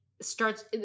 starts